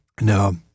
No